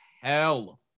hell